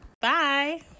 Bye